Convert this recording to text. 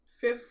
Fifth